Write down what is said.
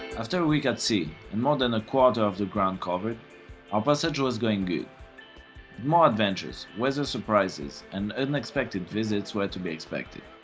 after a week at sea and more than a quarter of the ground covered our passage was going good more adventures, weather surprises and unexpected visits were to be expected